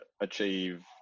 achieve